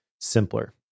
simpler